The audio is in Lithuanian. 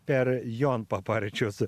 per jonpaparčius